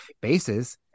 bases